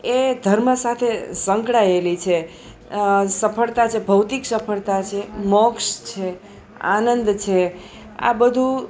એ ધર્મ સાથે સંકળાયેલી છે સફળતા છે ભૌતિક સફળતા છે મોક્ષ છે આનંદ છે આ બધું